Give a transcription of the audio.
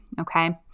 Okay